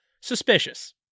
suspicious